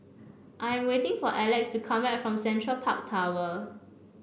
I'm waiting for Elex to come back from Central Park Tower